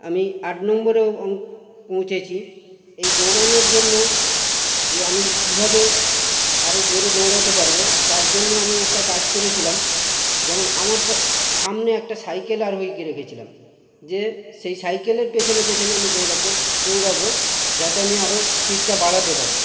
আমি আট নম্বরেও পৌঁছেছি এই দৌড়ানোর জন্য যে আমি কীভাবে আরও জোরে দৌড়াতে পারবো তার জন্য আমি একটা কাজ করেছিলাম যেমন আমার প সামনে একটা সাইকেল আরোহীকে রেখেছিলাম যে সেই সাইকেলের পেছনে পেছনে আমি দৌড়াতে দৌড়াবো যাতে আমি আরও স্পিডটা বাড়াতে পারি